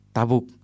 Tabuk